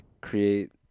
create